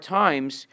times